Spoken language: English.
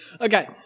Okay